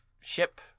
ship